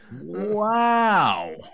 Wow